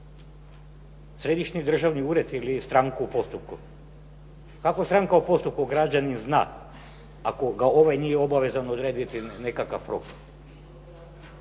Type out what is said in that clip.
Središnji državni ured ili stranku u postupku. Kako stranka u postupku, građanin zna ako ga ovaj nije obaveza odrediti nekakav rok.